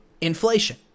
inflation